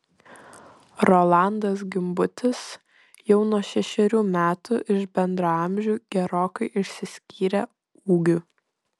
rolandas gimbutis jau nuo šešerių metų iš bendraamžių gerokai išsiskyrė ūgiu